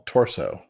Torso